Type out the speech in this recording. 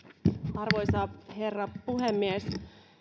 arvoisa herra puhemies